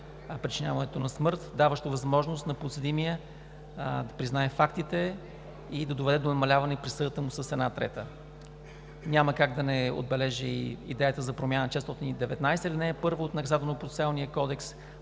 причиняването на смърт, даващо възможност на подсъдимия да признае фактите и да доведе до намаляване на присъдата му с една трета. Няма как да не отбележа и идеята за промяна в чл. 419, ал. 1 от Наказателно-процесуалния кодекс